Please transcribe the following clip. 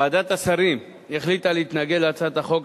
ועדת השרים החליטה להתנגד להצעת החוק,